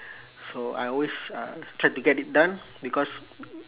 so I always uh try to get it done because